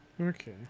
Okay